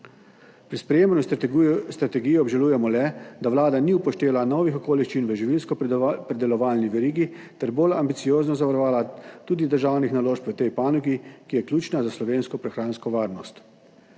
Pri sprejemanju strategije obžalujemo le, da vlada ni upoštevala novih okoliščin v živilskopredelovalni verigi ter bolj ambiciozno zavarovala tudi državnih naložb v tej panogi, ki je ključna za slovensko prehransko varnost.